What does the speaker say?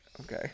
Okay